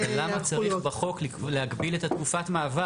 אבל למה צריך בחוק להגביל את תקופת המעבר?